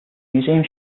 museum